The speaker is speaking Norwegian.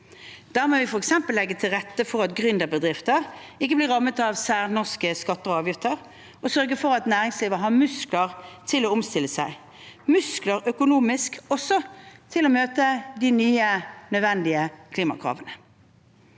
Da må vi f.eks. legge til rette for at gründerbedrifter ikke blir rammet av særnorske skatter og avgifter. Vi må sørge for at næringslivet har muskler til å omstille seg – økonomiske muskler til også å møte de nye, nødvendige klimakravene.